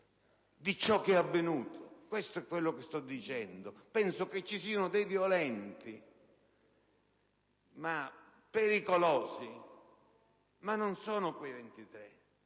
di ciò che è avvenuto. Questo è quello che sto dicendo: penso che ci siano dei violenti pericolosi, ma che non siano i 23